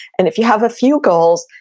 and if you have a few goals,